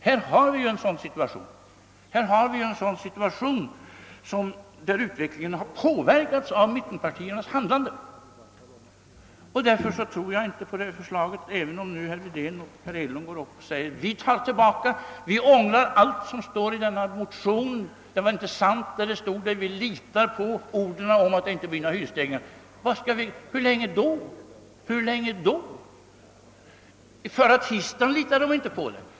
Här har vi en situation där utvecklingen har påverkats av mittenpartiernas handlande. Därför tror jag inte på förslaget, även om herrar Wedén och Hedlund säger att de tar tillbaka, att de ångrar allt vad som står i motionen, att det inte är sant vad som står där och att de litar på förklaringen att det inte blir några hyresstegringar. Hur länge litar ni då? Förra tisdagen litade ni inte på det talet.